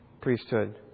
priesthood